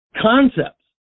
concepts